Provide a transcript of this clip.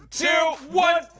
two, one!